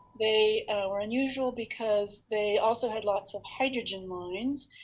they were unusual because they also had lots of hydrogen lines,